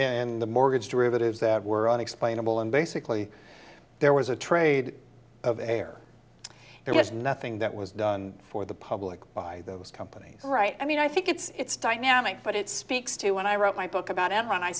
in the mortgage derivatives that were unexplainable and basically there was a trade of air there was nothing that was done for the public by those companies right i mean i think it's dynamic but it speaks to when i wrote my book about enron i